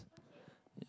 yeah